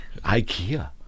IKEA